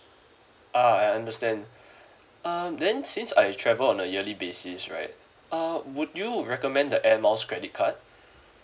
ah I understand um then since I travel on a yearly basis right uh would you recommend the air miles credit card